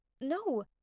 No